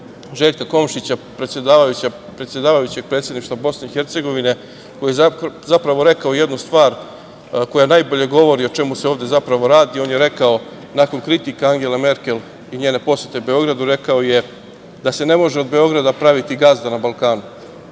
Željka Komšića, predsedavajućeg Predsedništva BiH, koji je zapravo rekao jednu stvar koja najbolje govori o čemu se ovde zapravo radi. On je rekao, nakon kritika Angele Merkel i njene posete Beogradu, da se ne može od Beograda praviti gazda na Balkanu.I